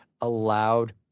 allowed